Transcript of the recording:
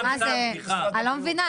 אני לא מבינה,